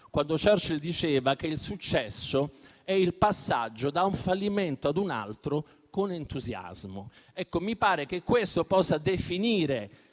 Churchill diceva che il successo è il passaggio da un fallimento ad un altro con entusiasmo. Ecco, mi pare che questo possa definire